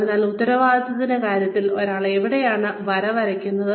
അതിനാൽ ഉത്തരവാദിത്തത്തിന്റെ കാര്യത്തിൽ ഒരാൾ എവിടെയാണ് വര വരയ്ക്കുന്നത്